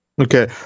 Okay